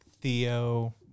Theo